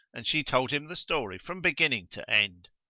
and she told him the story from beginning to end.